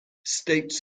states